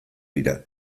dira